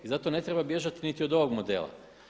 Zato ne treba bježati niti od ovog modela.